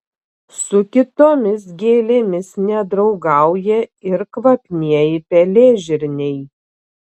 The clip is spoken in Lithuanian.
su kitomis gėlėmis nedraugauja ir kvapnieji pelėžirniai